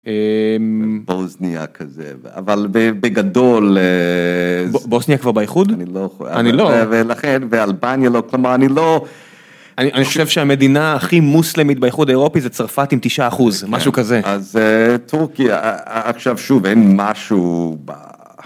בוסניה כזה, אבל בגדול, בוסניה כבר באיחוד? אני לא, ולכן ואלבניה לא, כלומר אני לא. אני חושב שהמדינה הכי מוסלמית באיחוד האירופי זה צרפת עם 9 אחוז, משהו כזה. אז טורקיה, עכשיו שוב אין משהו.